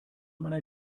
meiner